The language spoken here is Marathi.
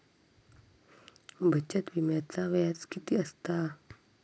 बचत विम्याचा व्याज किती असता?